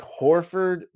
Horford